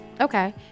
okay